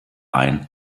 ein